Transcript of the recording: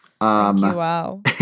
Wow